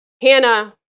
Hannah